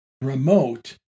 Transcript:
remote